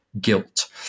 guilt